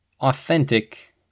authentic